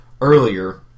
earlier